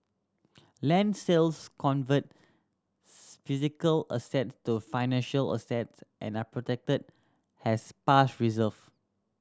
land sales convert physical asset to financial assets and are protected has past reserve